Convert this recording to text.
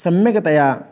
सम्यक्तया